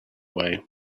way